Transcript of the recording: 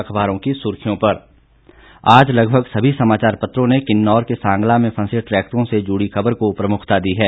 अखबारों की सुर्खियों आज लगभग सभी समाचार पत्रों ने अलग अलग ने किन्नौर के सांगला में फंसे ट्रैकरों से जुड़ी खबर को को प्रमुखता दी है